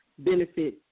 benefit